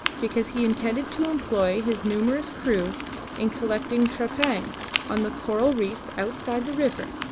because he intended to employ his numerous crew in collecting trepang on the coral reefs outside the river,